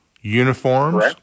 uniforms